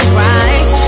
right